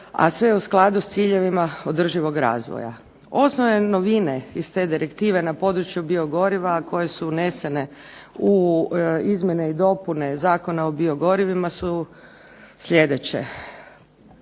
A sve u skladu s ciljevima održivog razvoja. Osnovne novine iz te direktive na području biogoriva koje su unesene u izmjene i dopune Zakona o biogorivima su sljedeće,